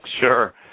Sure